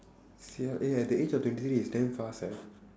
[sial] eh at the age of twenty three is damn fast eh